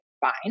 fine